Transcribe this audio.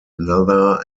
another